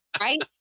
right